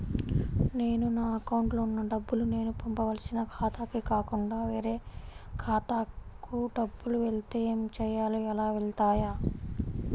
నేను నా అకౌంట్లో వున్న డబ్బులు నేను పంపవలసిన ఖాతాకి కాకుండా వేరే ఖాతాకు డబ్బులు వెళ్తే ఏంచేయాలి? అలా వెళ్తాయా?